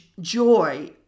joy